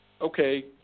okay